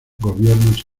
gobiernos